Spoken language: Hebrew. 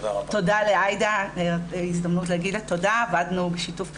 הזדמנות להגיד תודה לעאידה, עבדנו בשיתוף פעולה.